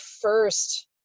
first